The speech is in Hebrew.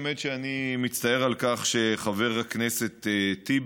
האמת היא שאני מצטער על כך שחבר הכנסת טיבי,